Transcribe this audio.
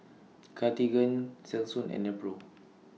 Cartigain Selsun and Nepro